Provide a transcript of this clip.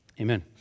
amen